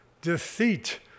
deceit